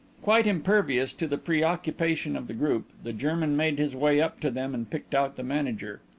quite impervious to the preoccupation of the group, the german made his way up to them and picked out the manager.